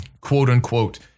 quote-unquote